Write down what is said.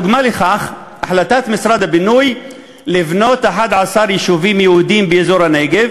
דוגמה לכך: החלטת משרד הבינוי לבנות 11 יישובים יהודיים באזור הנגב,